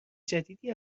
جدیدی